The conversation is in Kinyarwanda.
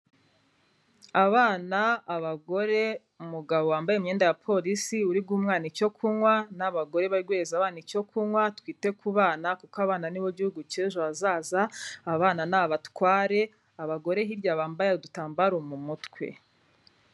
Abana, abagore, umugabo wambaye imyenda ya Polisi uri guha umwana icyo kunywa, n'abagore bari guhereza abana icyo kunywa, twite ku bana kuko abana ni bo Gihugu cy'ejo hazaza, abana ni abatware, abagore hirya bambaye udutambaro mu mutwe.